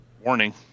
Warning